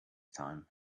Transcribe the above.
time